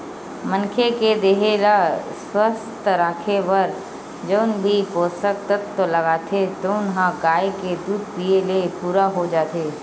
मनखे के देहे ल सुवस्थ राखे बर जउन भी पोसक तत्व लागथे तउन ह गाय के दूद पीए ले पूरा हो जाथे